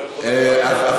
אני לא יכול להבטיח.